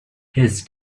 his